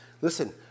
listen